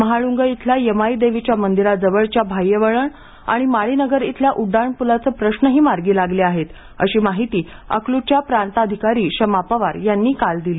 महाळुंग इथल्या यमाईदेवीच्या मंदिराजवळच्या बाह्यवळण आणि माळीनगर इथल्या उड्डाणपूलाचे प्रश्नही मार्गी लागले आहेत अशी माहिती अकलूजच्या प्रांताधिकारी शमा पवार यांनी काल दिली